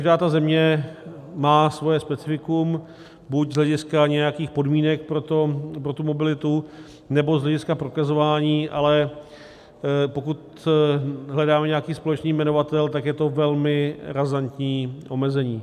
Každá země má svoje specifikum buď z hlediska nějakých podmínek pro mobilitu, nebo z hlediska prokazování, ale pokud hledáme nějaký společný jmenovatel, tak je to velmi razantní omezení.